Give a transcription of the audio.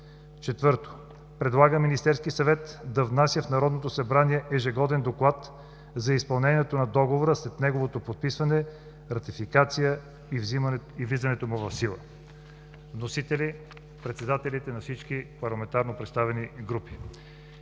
4. Предлага Министерският съвет да внася в Народното събрание ежегоден доклад за изпълнението на Договора, след неговото подписване, ратификация и влизането му в сила“. Вносители: председателите на всички парламентарно представени групи.